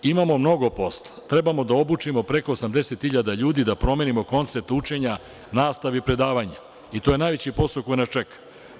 Imamo mnogo posla, treba da obučimo preko 80.000 ljudi, da promenimo koncept učenja, nastave i predavanja i to je najveći posao koji nas čeka.